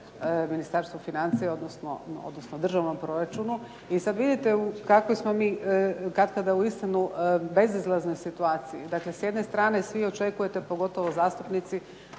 Ministarstvu financija odnosno državnom proračunu. I sad vidite u kakvoj smo mi katkada uistinu bezizlaznoj situaciji. Dakle, s jedne strane svi očekujete pogotovo zastupnici